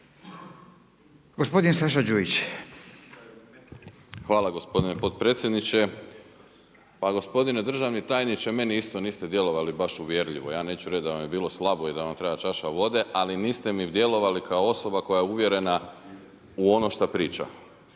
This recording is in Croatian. Hvala gospodine potpredsjedniče. Pa gospodine državni tajniče, meni niste isto djelovali baš uvjerljivo, ja neću reći da vam je bilo slabo i da vam treba čaša vode, ali niste mi djelovali kao osoba koja je uvjerena u ono šta priča.